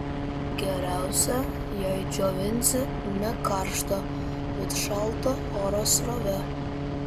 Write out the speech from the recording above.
geriausia jei džiovinsi ne karšta bet šalta oro srove